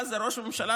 ואז ראש הממשלה,